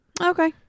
Okay